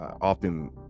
often